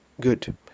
Good